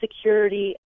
security